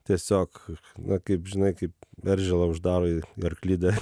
tiesiog na kaip žinai kaip eržilą uždaro į arklidę